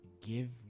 Give